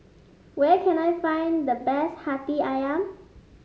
where can I find the best hati ayam